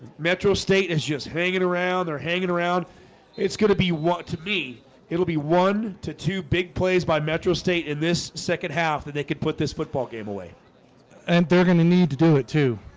metro state is just hanging around they're hanging around it's gonna be what to be it'll be one to two big plays by metro state in this second half that they could put this football game away and they're gonna need to do it, too